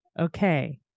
Okay